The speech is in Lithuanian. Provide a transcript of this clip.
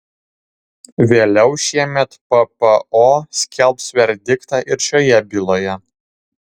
vėliau šiemet ppo skelbs verdiktą ir šioje byloje